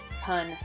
pun